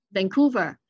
Vancouver